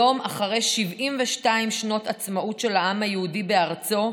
היום, אחרי 72 שנות עצמאות של העם היהודי בארצו,